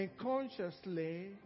consciously